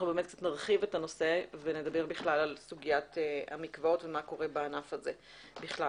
נרחיב את הנושא ונדבר בכלל על סוגיית המקוואות ומה קורה בענף הזה בכלל.